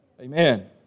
Amen